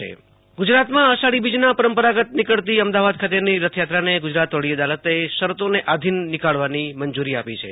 આશુતોષ અંતાણી રાજ્યઃ રથયાત્રા ગુજરાતમાં અષાઢી બીજના પરંપરાગત નીકળતી અમદાવાદ ખાતેની રથયાત્રાને ગુજરાત વડી અદાલતે શરતોને આધિન નીકાળવાની મંજૂરી આપી છે